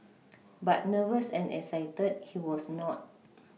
but nervous and excited he was not